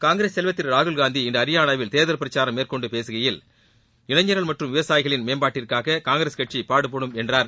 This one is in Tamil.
காங்கிரஸ் தலைவர் திரு ராகுல்காந்தி இன்று ஹரியானாவில் தேர்தல் பிரச்சாரம் மேற்கொண்டு பேககையில் இளைஞர்கள் மற்றும் விவசாயிகளின் மேம்பாட்டிற்காக காங்கிரஸ் கட்சி பாடுபடும் என்றார்